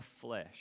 flesh